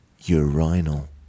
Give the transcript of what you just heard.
Urinal